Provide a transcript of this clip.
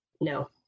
No